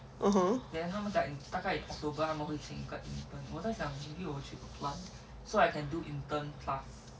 (uh huh)